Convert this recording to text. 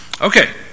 Okay